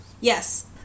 Yes